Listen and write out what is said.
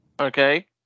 Okay